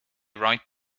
right